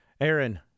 Aaron